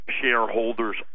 shareholders